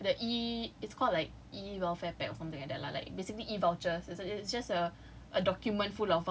divide the welfare pack the E it's called like E welfare pack or something like that lah like basically E-vouchers so it's just a